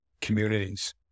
communities